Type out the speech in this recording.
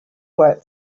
work